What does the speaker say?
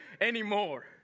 anymore